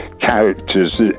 characters